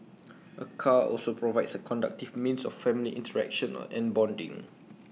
A car also provides A conductive means of family interaction and bonding